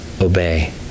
obey